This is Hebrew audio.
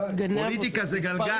פוליטיקה זה גלגל.